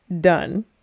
done